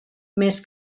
més